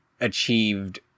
achieved